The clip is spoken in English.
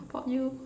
how about you